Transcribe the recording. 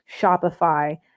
shopify